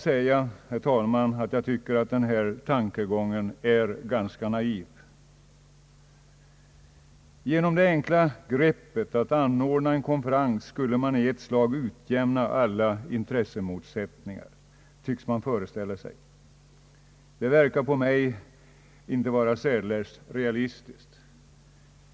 Jag måste säga att jag tycker att denna tankegång är ganska naiv. Genom det enkla greppet att anordna en konferens skulle man i ett slag utjämna alla — intressemotsättningar, tycks man föreställa sig. Det verkar inte särdeles realistiskt.